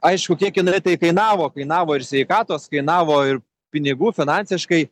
aišku kiek jinai ir kainavo kainavo ir sveikatos kainavo ir pinigų finansiškai